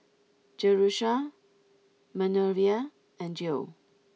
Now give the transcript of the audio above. Jerusha Manervia and Geo